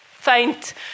faint